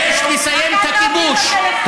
יש לסיים את הכיבוש.